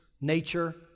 nature